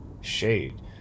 shade